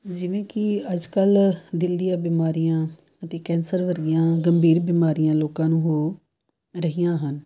ਜਿਵੇਂ ਕਿ ਅੱਜ ਕੱਲ੍ਹ ਦਿਲ ਦੀਆਂ ਬਿਮਾਰੀਆਂ ਅਤੇ ਕੈਂਸਰ ਵਰਗੀਆਂ ਗੰਭੀਰ ਬਿਮਾਰੀਆਂ ਲੋਕਾਂ ਨੂੰ ਹੋ ਰਹੀਆਂ ਹਨ